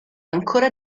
ancora